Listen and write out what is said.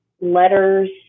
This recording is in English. letters